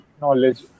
knowledge